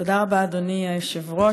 תודה רבה, אדוני היושב-ראש.